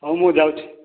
ହଉ ମୁଁ ଯାଉଛି